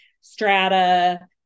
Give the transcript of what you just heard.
Strata